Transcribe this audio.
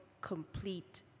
complete